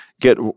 get